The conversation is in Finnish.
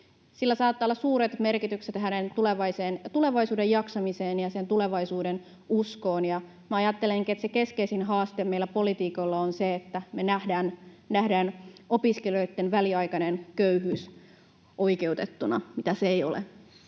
Sillä saattaa olla suuret merkitykset hänen tulevaisuuden jaksamiseensa ja tulevaisuudenuskoonsa. Ajattelenkin, että keskeisin haaste meillä poliitikoilla on se, että me nähdään opiskelijoitten väliaikainen köyhyys oikeutettuna, mitä se ei ole.